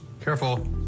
Careful